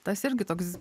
tas irgi toks